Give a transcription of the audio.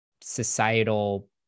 societal